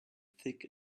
thick